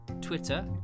twitter